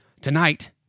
Tonight